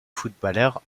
footballeur